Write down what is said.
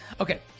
Okay